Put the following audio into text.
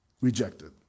rejected